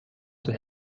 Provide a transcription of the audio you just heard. zur